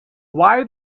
why